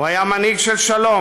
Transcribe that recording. הוא היה מנהיג של שלום,